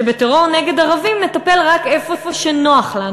אומר שבטרור נגד ערבים נטפל רק איפה שנוח לנו,